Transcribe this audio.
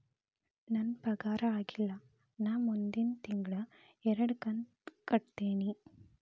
ನನ್ನ ಪಗಾರ ಆಗಿಲ್ಲ ನಾ ಮುಂದಿನ ತಿಂಗಳ ಎರಡು ಕಂತ್ ಕಟ್ಟತೇನಿ